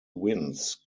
wins